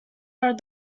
are